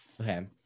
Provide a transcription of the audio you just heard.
okay